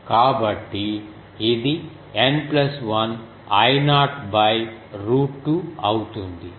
కాబట్టి ఇది N 1 I0 root 2 అవుతుంది